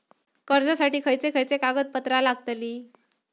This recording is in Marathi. कर्जासाठी खयचे खयचे कागदपत्रा लागतली?